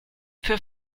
für